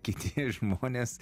kiti žmonės